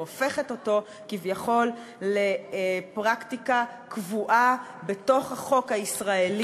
והופכת אותו כביכול לפרקטיקה קבועה בתוך החוק הישראלי,